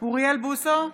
אוריאל בוסו,